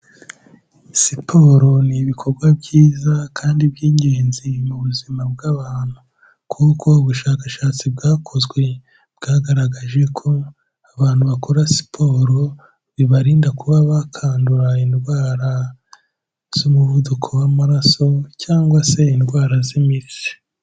Siporo ni ibikorwa byiza kandi by'ingenzi mu buzima bw'abantu. Kuko ubushakashatsi bwakozwe bwagaragaje ko abantu bakora siporo bibarinda kuba bakandura indwara z'umuvuduko w'amaraso cyangwa se indwara z'imitsi.